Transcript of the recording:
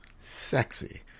sexy